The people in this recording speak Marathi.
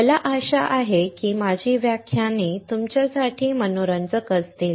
मला आशा आहे की माझी व्याख्याने तुमच्यासाठी मनोरंजक असतील